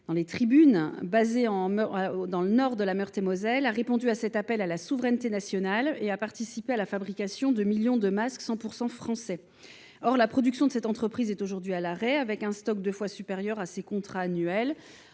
de Meurthe et Moselle, dont le dirigeant est en tribunes, a répondu à cet appel à la souveraineté nationale et a participé à la fabrication de millions de masques 100 % français. Or la production de cette entreprise est aujourd’hui à l’arrêt et son stock est deux fois supérieur à ses contrats annuels.